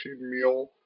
meal